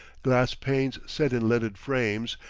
glass panes set in leaded frames,